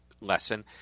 lesson